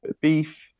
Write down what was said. beef